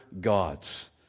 gods